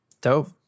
dope